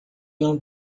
não